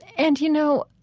and, you know,